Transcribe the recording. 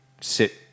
sit